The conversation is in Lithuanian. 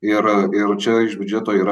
ir ir čia iš biudžeto yra